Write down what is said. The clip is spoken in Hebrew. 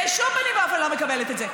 בשום פנים ואופן לא מקבלת את זה.